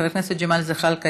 חבר הכנסת ג'מאל זחאלקה,